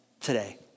today